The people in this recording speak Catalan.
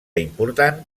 important